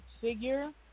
figure